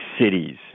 cities